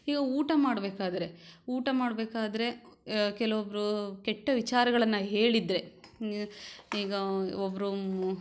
ಈಗ ಊಟ ಮಾಡಬೇಕಾದ್ರೆ ಊಟ ಮಾಡಬೇಕಾದ್ರೆ ಕೆಲವೊಬ್ಬರು ಕೆಟ್ಟ ವಿಚಾರಗಳನ್ನು ಹೇಳಿದರೆ ಈಗ ಒಬ್ಬರು